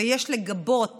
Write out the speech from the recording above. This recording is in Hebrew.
ויש לגבות